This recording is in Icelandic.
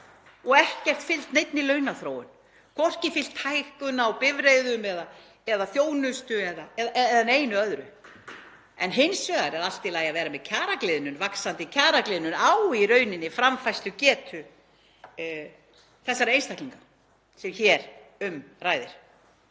og ekki fylgt neinni launaþróun, hvorki fylgt hækkun á bifreiðum eða þjónustu eða neinu öðru. Hins vegar er allt í lagi að vera með kjaragliðnun, vaxandi kjaragliðnun gagnvart í rauninni framfærslugetu þessara einstaklinga sem hér um ræðir.